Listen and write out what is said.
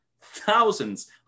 thousands